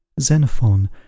Xenophon